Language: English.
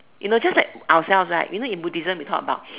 you know just like ourselves right you know Buddhism we talk about